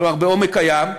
כלומר בעומק הים,